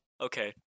Okay